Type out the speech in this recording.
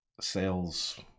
sales